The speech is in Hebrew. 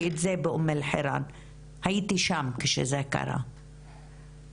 אני רוצה לבקש מחאלד